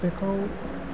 बेखौ